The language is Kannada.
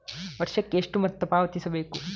ವರ್ಷಕ್ಕೆ ಎಷ್ಟು ಮೊತ್ತ ಪಾವತಿಸಬೇಕು?